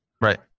Right